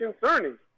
concerning